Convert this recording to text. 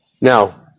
Now